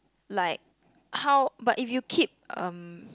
like how but if you keep um